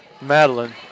Madeline